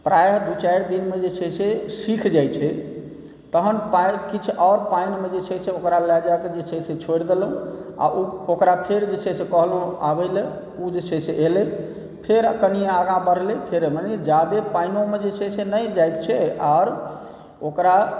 प्रायः दू चारि दिनमे जे छै से सिख जाइ छै तहन किछु आओर पानिमे जे छै से ओकरा लए जा कऽ जे छै से छोड़ि देलहुँ आ ओकरा फेर जे छै से कहलहुँ आबै लए ओ जे छै से एलै फेर कनि आगाँ बढ़लै फेर ज्यादे पानिमे जे छै से नहि जाइ छै आओर ओकरा